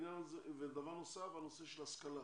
דבר נוסף הוא הנושא של השכלה.